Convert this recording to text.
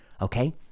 okay